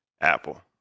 Apple